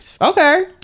okay